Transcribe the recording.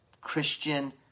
Christian